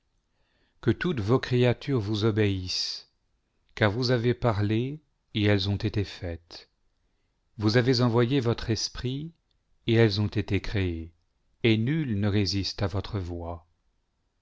que toutes vos créatures vous obéissent car vous avez parlé et elles ont été faites vous avez envoyé votre esprit et elles ont été créées et nul ne résiste à votre voix